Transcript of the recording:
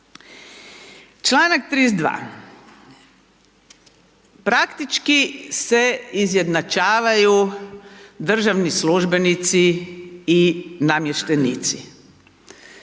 Članak 32. praktički se izjednačavaju državni službenici i namještenici,